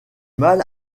mal